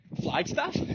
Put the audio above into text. Flagstaff